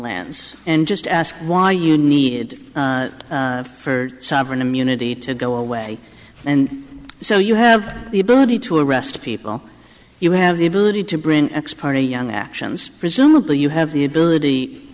lands and just ask why you need for sovereign immunity to go away and so you have the ability to arrest people you have the ability to bring x party young actions presumably you have the ability